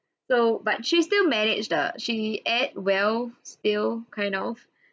so but she still managed err she ate well still kind of